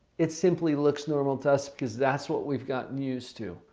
it simply looks normal to us because that's what we've gotten used to.